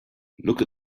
look